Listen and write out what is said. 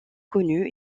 connus